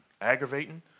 aggravating